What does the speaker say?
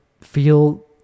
feel